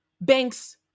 bank's